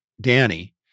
Danny